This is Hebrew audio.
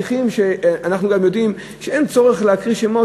אנחנו יודעים שאין צורך בתהליכים אלו להקריא שמות